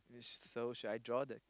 is so should I draw the